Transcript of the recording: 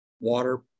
water